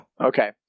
okay